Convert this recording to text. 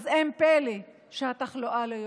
אז אין פלא שהתחלואה לא יורדת.